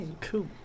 Cool